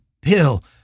Pill